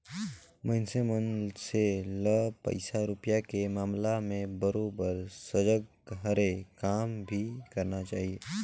मइनसे मन से ल पइसा रूपिया के मामला में बरोबर सजग हरे काम भी करना चाही